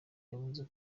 yavuze